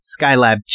Skylab